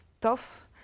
tough